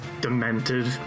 demented